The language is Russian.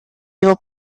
его